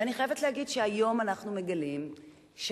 ואני חייבת להגיד שהיום אנחנו מגלים שחלק